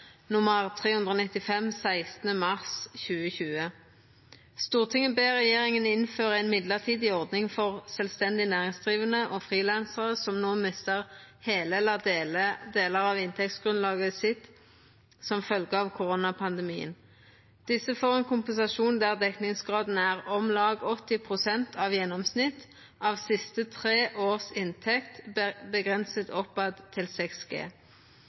395, 16. mars 2020: «Stortinget ber regjeringen innføre en midlertidig ordning for selvstendig næringsdrivende og frilansere som nå mister hele eller deler av inntektsgrunnlaget sitt som en følge av korona-pandemien. Disse får en kompensasjon der dekningsgraden er om lag 80 % av gjennomsnitt av siste tre års inntekt begrenset oppad til